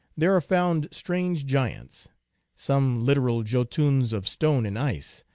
there are found strange giants some literal jotuns of stone and ice,